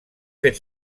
fet